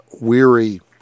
weary